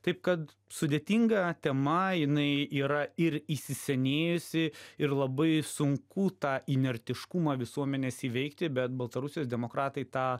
taip kad sudėtinga tema jinai yra ir įsisenėjusi ir labai sunku tą inertiškumą visuomenės įveikti bet baltarusijos demokratai tą